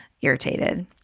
irritated